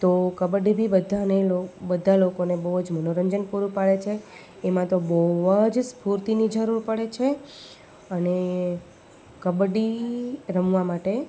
તો કબડ્ડી બી બધાંને બધાં લોકોને બહુ જ મનોરંજન પૂરું પાડે છે એમાં તો બહુ જ સ્ફૂર્તિની જરૂર પડે છે અને કબડ્ડી રમવા માટે